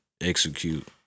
execute